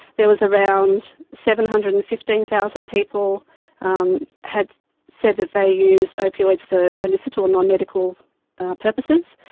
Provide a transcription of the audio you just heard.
there was around seven hundred and fifteen thousand people um had said that they used opioids for illicit or non-medical purposes,